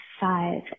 five